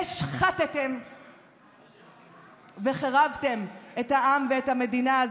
השחתם וחירבתם את העם ואת המדינה.